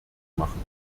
machen